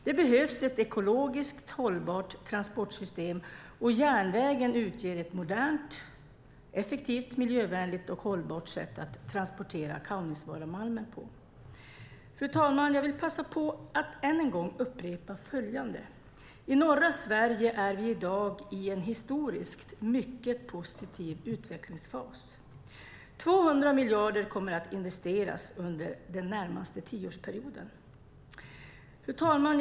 Det behövs ett ekologiskt hållbart tranportsystem, och järnvägen utgör ett modernt, effektivt, miljövänligt och hållbart sätt att transportera Kaunisvaaramalmen på. Jag vill passa på att än en gång upprepa följande: I norra Sverige är vi i dag i en historiskt mycket positiv utvecklingsfas. 200 miljarder kommer att investeras under den närmaste tioårsperioden. Fru talman!